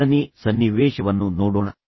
ಎರಡನೇ ಸನ್ನಿವೇಶವನ್ನು ನೋಡೋಣ